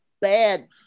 bad